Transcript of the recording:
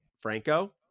Franco